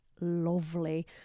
lovely